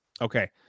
okay